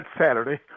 Saturday